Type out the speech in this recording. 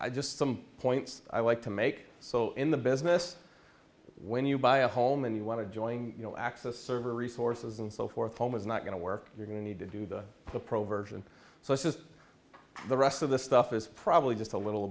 i just some points i like to make so in the business when you buy a home and you want to join you know access server resources and so forth home is not going to work you're going to need to do the prover and so this is the rest of the stuff is probably just a little